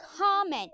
comment